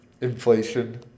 inflation